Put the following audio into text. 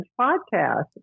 podcast